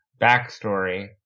backstory